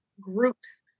groups